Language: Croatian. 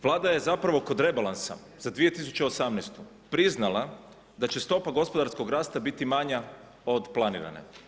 Vlada je zapravo kod rebalansa za 2018. priznala da će stopa gospodarskog rasta biti manja od planirane.